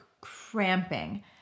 cramping